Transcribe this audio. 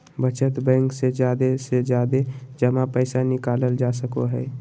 बचत बैंक से जादे से जादे जमा पैसा निकालल जा सको हय